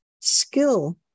skill